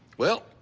well,